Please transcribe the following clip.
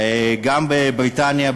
גם בבריטניה,